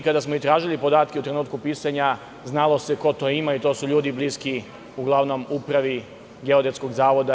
Kada smo tražili podatke u trenutku pisanja, znali smo ko to ima, a to su ljudi bliski upravi Geodetskog zavoda.